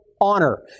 honor